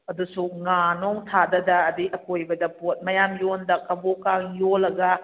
ꯑꯗꯨꯁꯨ ꯉꯥ ꯅꯣꯡ ꯊꯥꯗꯗꯅ ꯑꯗꯒꯤ ꯑꯀꯣꯏꯕꯗ ꯄꯣꯠ ꯃꯌꯥꯝ ꯌꯣꯟꯗꯅ ꯀꯕꯣꯛꯀ ꯌꯣꯜꯂꯒ